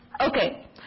Okay